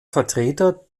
vertreter